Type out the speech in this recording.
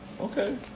Okay